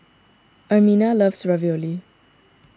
Ermina loves Ravioli